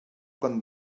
quan